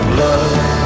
love